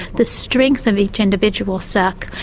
the strength of each individual suck.